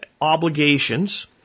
obligations